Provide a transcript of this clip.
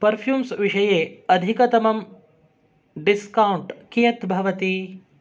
perfumes विषये अधिकतमं discount कियत् भवति